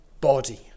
body